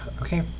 okay